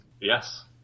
Yes